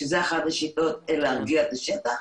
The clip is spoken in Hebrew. שזאת אחת השיטות להרגיע את השטח,